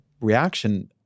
reaction